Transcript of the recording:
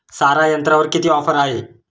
सारा यंत्रावर किती ऑफर आहे?